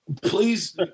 Please